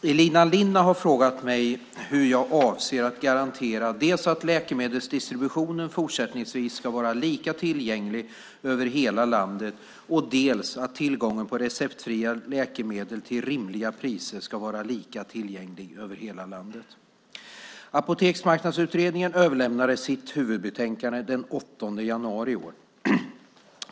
Fru talman! Elina Linna har frågat mig hur jag avser att garantera dels att läkemedelsdistributionen fortsättningsvis ska vara lika tillgänglig över hela landet, dels att receptfria läkemedel till rimliga priser ska vara lika tillgängliga över hela landet. Apoteksmarknadsutredningen överlämnade sitt huvudbetänkande den 8 januari i år.